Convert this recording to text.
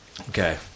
Okay